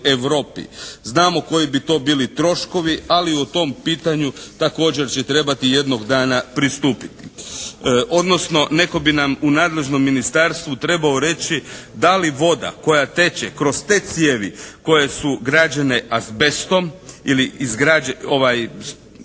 Znamo koji bi to bili troškovi, ali o tom pitanju također će trebati jednog dana pristupiti, odnosno netko bi nam u nadležnom ministarstvu trebao reći da li voda koja teče kroz te cijevi koje su građene azbestom ili od azbesta,